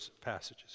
passages